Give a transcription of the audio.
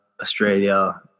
Australia